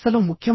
ఇది ఒక కేస్